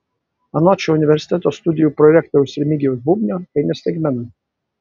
anot šio universiteto studijų prorektoriaus remigijaus bubnio tai ne staigmena